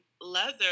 Leather